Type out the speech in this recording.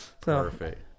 Perfect